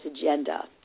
agenda